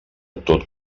tot